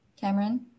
Cameron